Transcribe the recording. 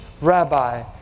rabbi